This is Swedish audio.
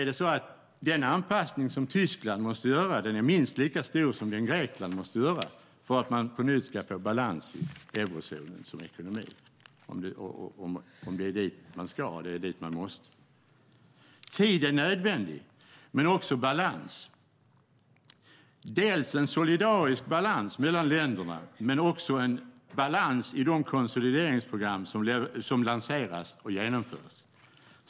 Den anpassning som Tyskland måste göra är minst lika stor som den Grekland måste göra för att man på nytt ska få balans i eurozonens ekonomi, och det är dit man måste komma. Tid är nödvändig men också balans. Det handlar om en solidarisk balans mellan länderna men också om en balans i de konsolideringsprogram som lanseras och genomförs.